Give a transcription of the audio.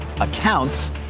accounts